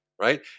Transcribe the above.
right